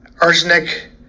arsenic